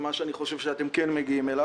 מה שאני חושב שאתם כן עושים.